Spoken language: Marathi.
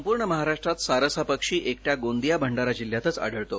संपूर्ण महाराष्ट्रात सारस हा पक्षी एकट्या गोंदिया भंडारा जिल्ह्यातच आढळतो